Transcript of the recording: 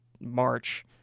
March